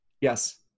Yes